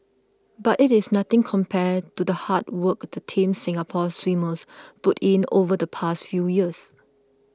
but it is nothing compared to the hard work the Team Singapore swimmers put in over the past few years